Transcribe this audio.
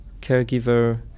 caregiver